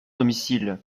domicile